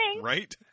Right